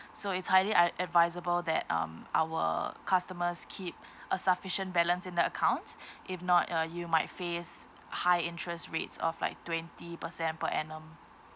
so it's highly i~ advisable that um our customers keep a sufficient balance in the accounts if not uh you might face high interest rates of like twenty percent per annum